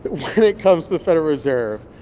when it comes to the federal reserve,